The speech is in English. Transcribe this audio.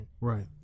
right